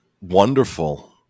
wonderful